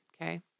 Okay